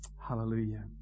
Hallelujah